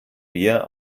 wir